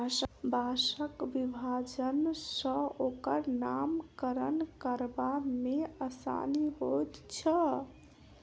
बाँसक विभाजन सॅ ओकर नामकरण करबा मे आसानी होइत छै